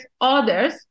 others